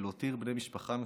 ולהותיר בני משפחה מצולקים.